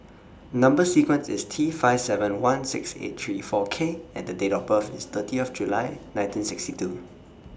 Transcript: Number sequence IS T five seven one six eight three four K and The Date of birth IS thirty of July nineteen sixty two